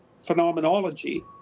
phenomenology